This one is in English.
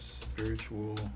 spiritual